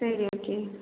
சரி ஓகே